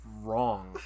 wrong